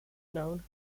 known